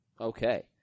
Okay